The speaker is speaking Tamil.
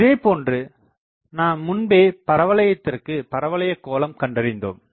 இதேபோன்று நாம் முன்பே பரவளையத்திற்கு பரவளையகோளம் கண்டறிந்தோம்